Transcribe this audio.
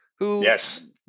Yes